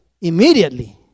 immediately